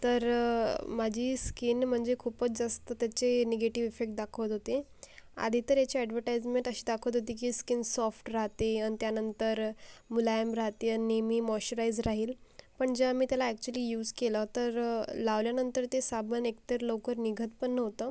तर माझी स्कीन म्हणजे खूपच जास्त त्याचे निगेटिव इफेक्ट दाखवत होते आधी तर याची अॅडवटाईजमेंट अशी दाखवत होती की स्कीन सॉफ्ट राहते आणि त्यानंतर मुलायम राहते आणि मी मॉश्चराइज राहील पण जेव्हा मी त्याला अॅक्च्युली यूस केलं तर लावल्यानंतर ते साबण एक तर लवकर निघत पण नव्हतं